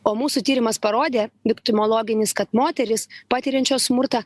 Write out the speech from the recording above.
o mūsų tyrimas parodė viktimologinis kad moterys patiriančios smurtą